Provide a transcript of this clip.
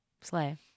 Slay